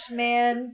man